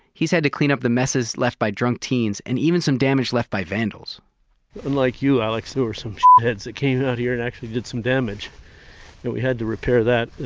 he's had to clean up the messes left by drunk teens and even some damage left by vandals like you alex, or some shithead kids that came out here and actually did some damage that we had to repair that.